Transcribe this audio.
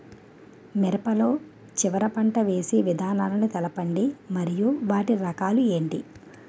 మిరప లో చివర పంట వేసి విధానాలను తెలపండి మరియు వాటి రకాలు ఏంటి